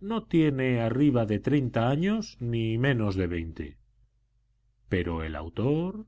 no tiene arriba de treinta años ni menos de veinte pero el autor